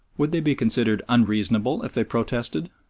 would they be considered unreasonable if they protested?